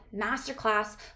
masterclass